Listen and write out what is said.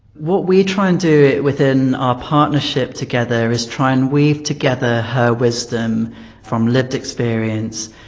what we try and do within our partnership together is try and we've together her wisdom from lived experience.